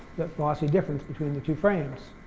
that velocity difference between the two frames.